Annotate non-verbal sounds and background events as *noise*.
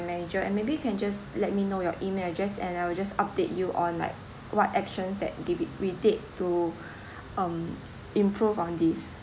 manager and maybe you can just let me know your email address and I will just update you on like what actions that give it we did to *breath* um improve on this